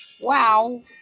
Wow